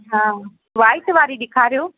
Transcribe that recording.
हा वाइट वारी ॾेखारियो